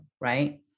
right